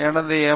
எனவே எம்